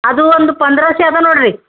ಅದು ಒಂದು ಪಂದ್ರಾಶೆ ಅದ ನೋಡಿರಿ